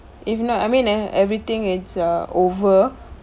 if not I mean e~ everything it's ah over